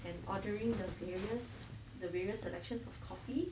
and ordering the various the various selections of coffee